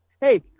Hey